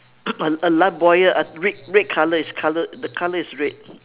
a a lifebuoy uh red red colour is colour the colour is red